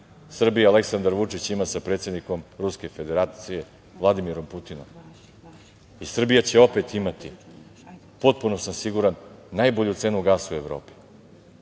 Srbije Aleksandar Vučić ima sa predsednikom Ruske Federacije Vladimirom Putinom, i Srbija će opet imati, potpuno sam siguran, najbolju cenu gasa u Evropi.